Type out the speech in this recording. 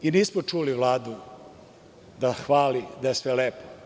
Nismo čuli Vladu da hvali da je sve lepo.